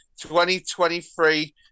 2023